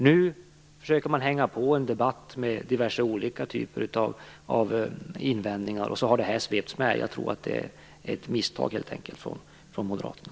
Nu försöker man hänga på en debatt med diverse typer av invändningar, och så har det här svepts med. Jag tror att det helt enkelt är ett misstag av Moderaterna.